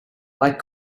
like